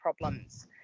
problems